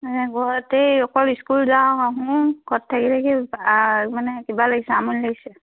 সেয়া ঘৰতেই অকল স্কুল যাওঁ আহোঁ ঘৰত থাকি থাকি মানে কিবা লাগিছে আমনি লাগিছে